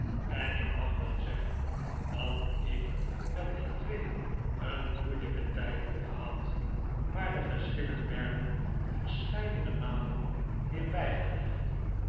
en ik mag wel zeggen dat ik met die twee een moeilijken tijd heb gehad maar de geschillen werden verscheidene malen weer bijgelegd